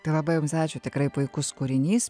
tai labai jums ačiū tikrai puikus kūrinys